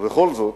ובכל זאת,